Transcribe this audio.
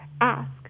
ask